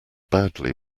badly